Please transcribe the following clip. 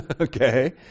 Okay